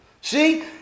See